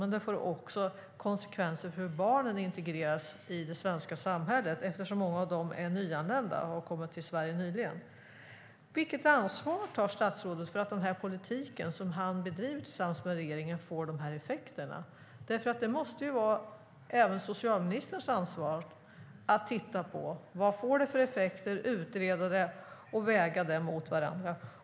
Men det får också konsekvenser för hur barnen integreras i det svenska samhället, eftersom många av dessa familjer nyligen har kommit till Sverige. Vilket ansvar tar statsrådet för att den politik som han tillsammans med regeringen bedriver får sådana effekter? Det måste ju vara även socialministerns ansvar att titta på vad det får för effekter, utreda dessa och väga dem mot varandra.